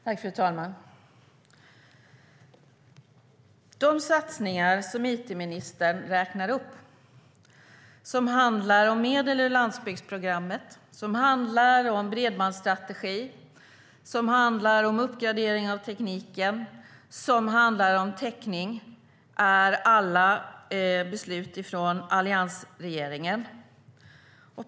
Fru talman! De satsningar som it-ministern räknar upp som handlar om medel ur landsbygdsprogrammet, om bredbandsstrategi, om uppgradering av tekniken och om täckning är alla beslut från alliansregeringen.